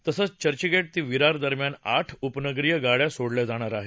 तसंच चर्चगेट ते विरार दरम्यान आठ उपनगरीय गाड्या सोडल्या जाणार आहेत